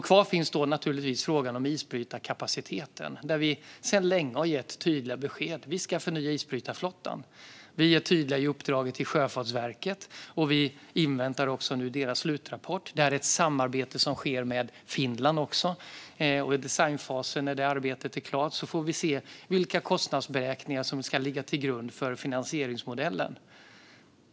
Kvar finns naturligtvis frågan om isbrytarkapaciteten, där vi sedan länge har gett tydliga besked: Vi ska förnya isbrytarflottan. Vi är tydliga i uppdraget till Sjöfartsverket, och vi inväntar nu deras slutrapport. Detta är också ett samarbete med Finland. När arbetet med designfasen är klart får vi se vilka kostnadsberäkningar som ska ligga till grund för finansieringsmodellen.